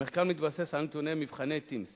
המחקר מתבסס על נתוני מבחני TIMSS